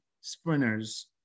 sprinters